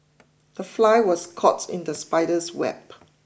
the fly was caught in the spider's web